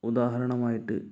ഉദാഹരണം ആയിട്ട്